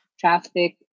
traffic